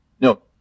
no